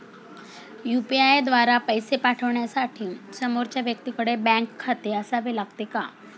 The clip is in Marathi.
यु.पी.आय द्वारा पैसे पाठवण्यासाठी समोरच्या व्यक्तीकडे बँक खाते असावे लागते का?